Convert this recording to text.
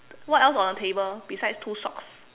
what else on the table besides two socks